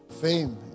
fame